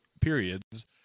periods